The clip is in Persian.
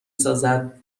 سازد